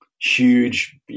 huge